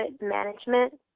management